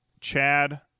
Chad